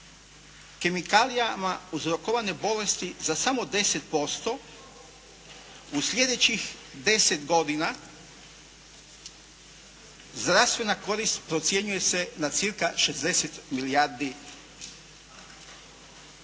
kemikalijama uzrokovane bolesti za samo 10% u slijedećih deset godina zdravstvena korist procjenjuje se na cca. 60 milijardi eura.